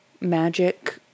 magic